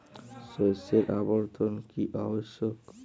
শস্যের আবর্তন কী আবশ্যক?